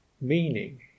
meaning